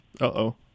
Uh-oh